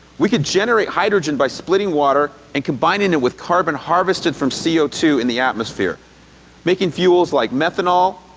we could generate hydrogen by splitting water and combining it with carbon harvested from c o two in the atmosphere making fuels like methanol,